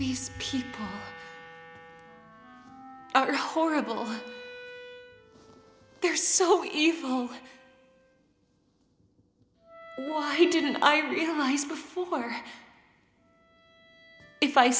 these people are horrible they're so evil why didn't i realize before if i